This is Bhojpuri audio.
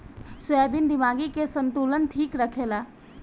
सोयाबीन दिमागी के संतुलन ठीक रखेला